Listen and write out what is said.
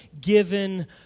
given